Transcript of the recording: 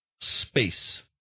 space